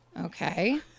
Okay